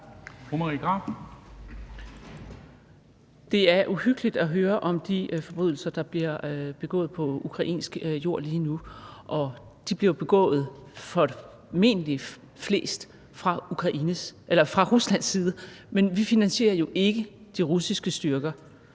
Det er uhyggeligt at høre om de forbrydelser, der bliver begået på ukrainsk jord lige nu, og de fleste bliver jo formentlig begået fra Ruslands side, men vi finansierer ikke de russiske styrker.